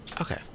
Okay